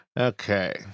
Okay